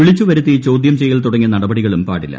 വിളിച്ചുവരുത്തി ചോദ്യം ചെയ്യൽ തുടങ്ങിയ നടപടികളും പാടില്ല